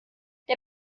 der